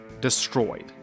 destroyed